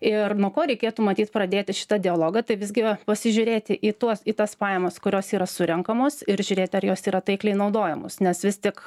ir nuo ko reikėtų matyt pradėti šitą dialogą tai visgi pasižiūrėti į tuos į tas pajamas kurios yra surenkamos ir žiūrėt ar jos yra taikliai naudojamos nes vis tik